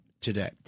today